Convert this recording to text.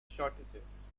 shortages